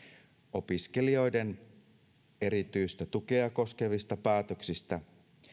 opiskelijoiden erityistä tukea koskevista päätöksistä